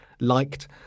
liked